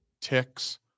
ticks